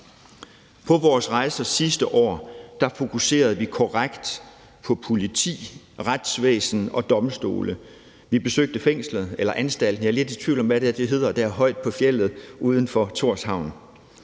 På vores rejser sidste år fokuserede vi korrekt på politi, retsvæsen og domstole. Vi besøgte fængslet eller anstalten. Jeg er lidt i tvivl om, hvad det der højt på fjeldet uden for Tórshavn